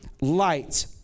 light